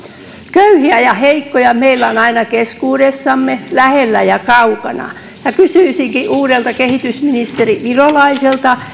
köyhiä ja heikkoja meillä on aina keskuudessamme lähellä ja kaukana kysyisinkin uudelta kehitysministeri virolaiselta